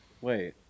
wait